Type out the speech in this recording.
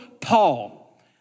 Paul